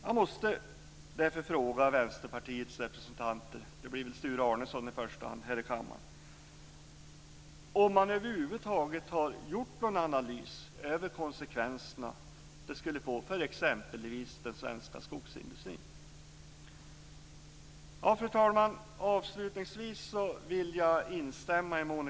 Jag måste därför fråga Vänsterpartiets representanter här i kammaren - det blir väl Sture Arnesson i första hand - om man över huvud taget har gjort någon analys av de konsekvenser det skulle få för exempelvis den svenska skogsindustrin. Fru talman! Avslutningsvis vill jag instämma i